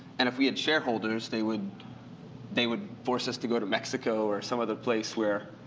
and if we had shareholders, they would they would force us to go to mexico or some other place where